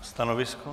Stanovisko?